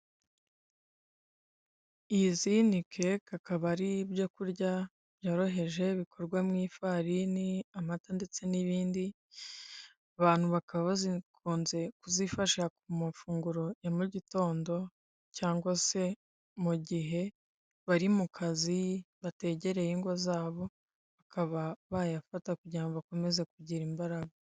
Izi ni keke akaba ari ibyo kurya byoroheje bikorwa mw'ifarini, amata ndetse n'ibindi. Abantu bakaba bazikunze kuzifashisha kuma funguro ya mu gitondo cyangwa se mugihe bari mukazi bategereye ingo zabo, bakaba bayafata kugirango bakomeze kugira imbaraga.